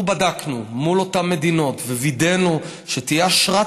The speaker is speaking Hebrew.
אנחנו בדקנו מול אותן מדינות ווידאנו שתהיה אשרת